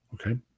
okay